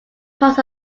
parts